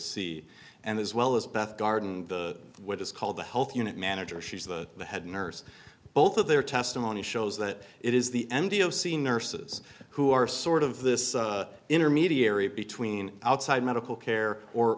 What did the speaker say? c and as well as beth garden the what is called the health unit manager she's the head nurse both of their testimony shows that it is the n d o scene nurses who are sort of this intermediary between outside medical care or